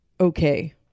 okay